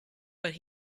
but